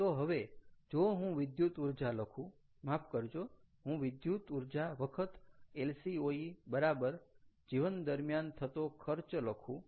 તો હવે જો હું વિદ્યુત ઊર્જા લખું માફ કરજો હું વિદ્યુત ઊર્જા વખત LCOE બરાબર જીવન દરમ્યાન થતો ખર્ચ લખુ